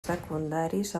secundaris